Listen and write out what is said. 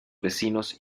vecinos